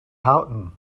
houghton